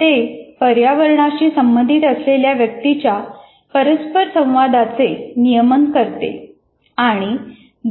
ते पर्यावरणाशी असलेल्या व्यक्तीच्या परस्परसंवादाचे नियमन करते आणि